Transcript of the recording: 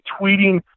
tweeting